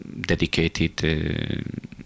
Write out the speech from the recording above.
dedicated